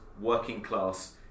working-class